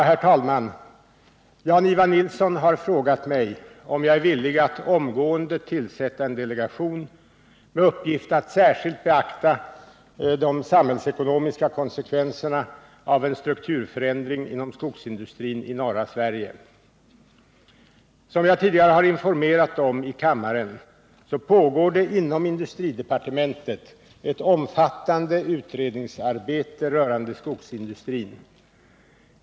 Herr talman! Jan-Ivan Nilsson har frågat mig om jag är villig att omgående tillsätta en delegation med uppgift att särskilt beakta de samhällsekonomiska konsekvenserna av en strukturförändring inom skogsindustrin i norra Sverige. Som jag tidigare har informerat om i kammaren pågår inom industridepartementet ett omfattande utredningsarbete rörande skogsindustrin.